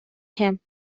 him